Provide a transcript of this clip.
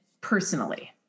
personally